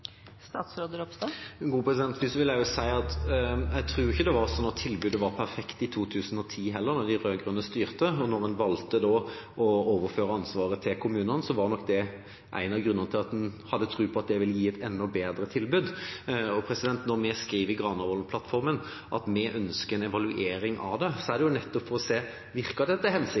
vil jeg si at jeg tror ikke det var slik at tilbudet var perfekt i 2010 heller, da de rød-grønne styrte. Når en da valgte å overføre ansvaret til kommunene, var nok en av grunnene at en hadde tro på at det ville gi et enda bedre tilbud. Når det står i Granavolden-plattformen at vi ønsker en evaluering av det, er det nettopp for å se om det virker etter hensikten.